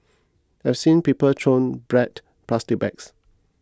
I've seen people throw bread plastic bags